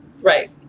Right